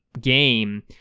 game